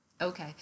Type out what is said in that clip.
Okay